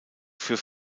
für